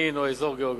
מין או אזור גיאוגרפי.